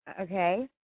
Okay